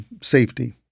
safety